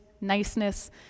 niceness